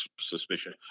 suspicion